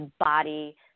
body